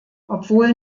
obwohl